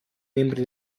membri